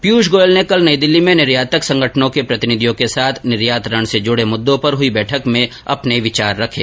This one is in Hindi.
पीयूष गोयल ने कल नई दिल्ली में निर्यातक संगठनों के प्रतिनिधियों के साथ निर्यात ऋण से जुडे मुददों पर हुई बैठक में अपने विचार रखे